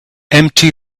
empty